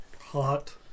Hot